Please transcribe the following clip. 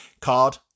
card